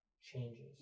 changes